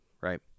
Right